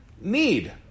need